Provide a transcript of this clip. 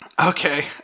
okay